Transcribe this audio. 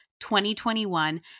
2021